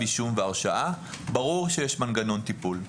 אישום והרשעה ברור שיש מנגנון טיפול.